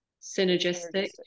Synergistic